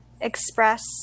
express